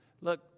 Look